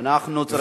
אנחנו צריכים,